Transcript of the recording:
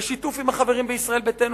בשיתוף עם החברים בישראל ביתנו,